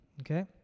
Okay